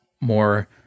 more